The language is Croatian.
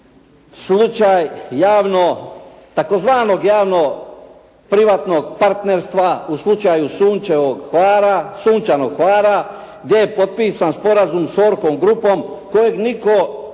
slučaj javno, tzv. javno-privatnog partnerstva, u slučaju "Sunčanog Hvara" gdje je potpisan sporazum s "Orko" grupom kojeg nitko u